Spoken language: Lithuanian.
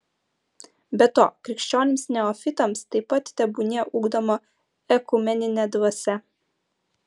be to krikščionims neofitams taip pat tebūnie ugdoma ekumeninė dvasia